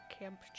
Camp